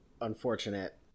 unfortunate